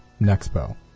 Nexpo